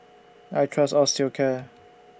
I Trust Osteocare